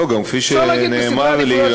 כפי שנאמר לי,